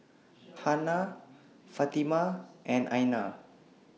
Hana Fatimah and Aina